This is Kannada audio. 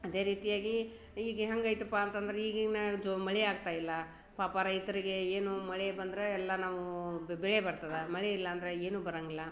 ಅದೇ ರೀತಿಯಾಗಿ ಈಗ ಹೆಂಗೈತಪ್ಪ ಅಂತ ಅಂದ್ರೆ ಈಗಿನ ಜೊ ಮಳೆ ಆಗ್ತಾ ಇಲ್ಲ ಪಾಪ ರೈತರಿಗೆ ಏನೂ ಮಳೆ ಬಂದ್ರೆ ಎಲ್ಲ ನಾವೂ ಬೆಳೆ ಬರ್ತದೆ ಮಳೆ ಇಲ್ಲಾಂದ್ರೆ ಏನು ಬರೋಂಗಿಲ್ಲ